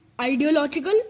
ideological